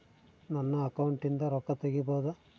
ನನ್ನ ಅಕೌಂಟಿಂದ ರೊಕ್ಕ ತಗಿಬಹುದಾ?